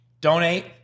Donate